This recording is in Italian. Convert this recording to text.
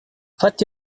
fatti